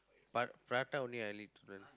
but prata only I need to learn